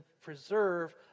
preserve